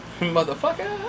motherfucker